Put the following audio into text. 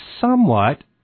somewhat